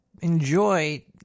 enjoy